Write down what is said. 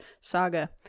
saga